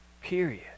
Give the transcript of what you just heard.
Period